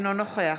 אינו נוכח